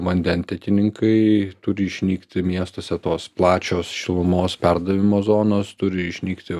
vandentiekininkai turi išnykti miestuose tos plačios šilumos perdavimo zonos turi išnykti